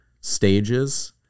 stages